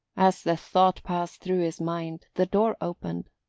as the thought passed through his mind the door opened,